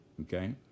Okay